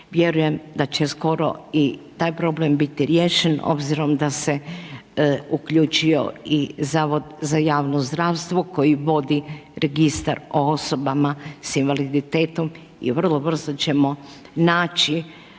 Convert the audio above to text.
Vjerujem da će skoro i taj problem biti riješen obzirom da se uključio i Zavod za javno zdravstvo koji vodi registar o osobama sa invaliditetom i vrlo brzo ćemo naći